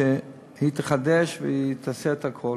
שהוא יחדש ויעשה את הכול.